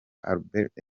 albert